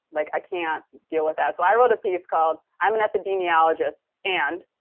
like i can't deal with that. so i wrote a piece called, i'm an epidemiologist, and